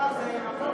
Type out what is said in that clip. השר, זה נכון.